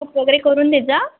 up वगैरे करून देजा